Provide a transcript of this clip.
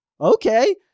okay